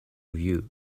view